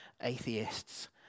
atheists